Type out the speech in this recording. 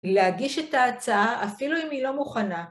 להגיש את ההצעה אפילו אם היא לא מוכנה.